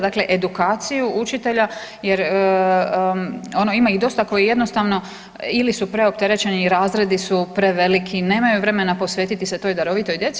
Dakle, edukaciju učitelja jer ono ima ih dosta koji jednostavno ili su preopterećeni, razredi su preveliki, nemaju vremena posvetiti se toj darovitoj djeci.